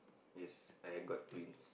yes I got twins